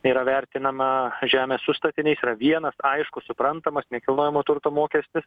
tai yra vertinama žemė su statiniais yra vienas aiškus suprantamas nekilnojamo turto mokestis